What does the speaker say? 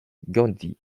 gandhi